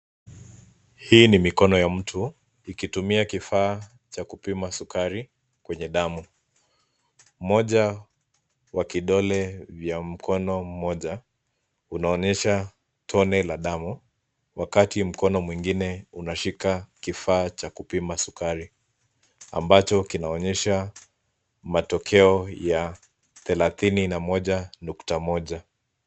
Hii ni mikono ya mtu, ikitumia kifaa cha kupima sukari kwenye damu. Moja wa kidole vya mkono mmoja, inaonyesha tone la damu, wakati mkono mwingine unashika kifaa cha kupima sukari. Ambacho kinaonyesha matokeo ya thelathini na moja nukta moja.